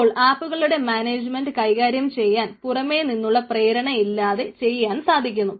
അപ്പോൾ ആപ്പുകളുടെ മാനേജ്മെൻറ് കൈകാര്യം ചെയ്യാൻ പുറമേനിന്നുള്ള പ്രേരണയില്ലാതെ ചെയ്യാൻ സാധിക്കുന്നു